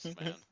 man